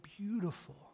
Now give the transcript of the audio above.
beautiful